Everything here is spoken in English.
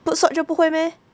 put socks 就不会 meh